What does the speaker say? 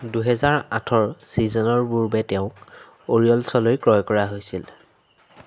দুহেজাৰ আঠৰ ছিজনৰ পূৰ্বে তেওঁক অৰিয়লছলৈ ক্ৰয় কৰা হৈছিল